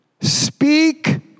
speak